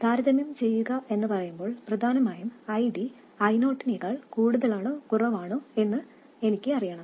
താരതമ്യം ചെയ്യുക എന്ന് പറയുമ്പോൾ പ്രധാനമായും ID I0 നേക്കാൾ കൂടുതലാണോ കുറവണോ എന്നു എനിക്ക് അറിയണം